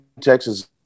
Texas